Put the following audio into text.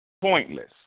pointless